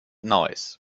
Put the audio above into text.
noise